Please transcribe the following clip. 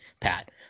Pat